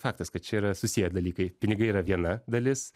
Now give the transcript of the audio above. faktas kad čia yra susiję dalykai pinigai yra viena dalis